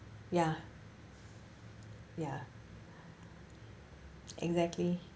ya ya exactly